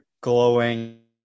glowing